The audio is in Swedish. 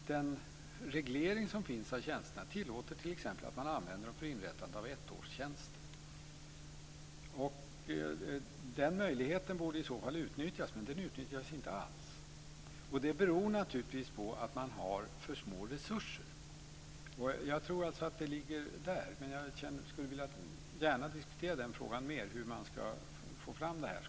Den reglering som finns av tjänsterna tillåter t.ex. att man använder dem för inrättande av ettårstjänster. Den möjligheten borde i sådana fall utnyttjas, men den utnyttjas inte alls. Det beror naturligtvis på att man har för små resurser. Jag tror alltså att problemet ligger där. Men jag skulle gärna vilja diskutera frågan om hur man ska få fram det här.